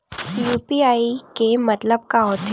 UPI के मतलब का होथे?